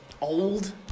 old